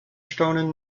staunen